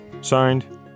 Signed